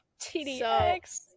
tdx